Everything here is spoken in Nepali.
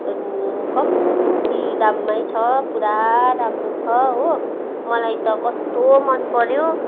कम्ती दाममै छ पुरा राम्रो छ हो मलाई त कस्तो मनपऱ्यो